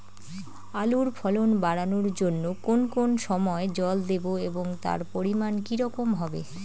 আলুর ফলন বাড়ানোর জন্য কোন কোন সময় জল দেব এবং তার পরিমান কি রকম হবে?